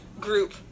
group